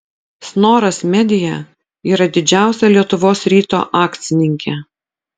snoras media yra didžiausia lietuvos ryto akcininkė